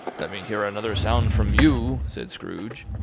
let me hear another sound from you, said scrooge,